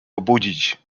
obudzić